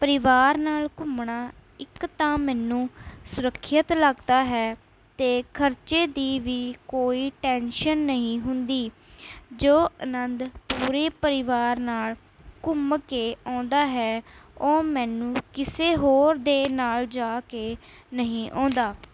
ਪਰਿਵਾਰ ਨਾਲ ਘੁੰਮਣਾ ਇੱਕ ਤਾਂ ਮੈਨੂੰ ਸੁਰੱਖਿਅਤ ਲੱਗਦਾ ਹੈ ਅਤੇ ਖਰਚੇ ਦੀ ਵੀ ਕੋਈ ਟੈਨਸ਼ਨ ਨਹੀਂ ਹੁੰਦੀ ਜੋ ਅਨੰਦ ਪੂਰੇ ਪਰਿਵਾਰ ਨਾਲ਼ ਘੁੰਮ ਕੇ ਆਉਂਦਾ ਹੈ ਉਹ ਮੈਨੂੰ ਕਿਸੇ ਹੋਰ ਦੇ ਨਾਲ਼ ਜਾ ਕੇ ਨਹੀਂ ਆਉਂਦਾ